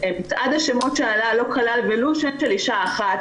מצעד השמות שעלה לא כלל ולו שם של אישה אחת,